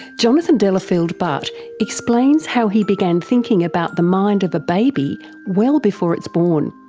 jonathan delafield-butt explains how he began thinking about the mind of a baby well before it's born,